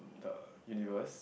the universe